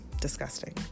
disgusting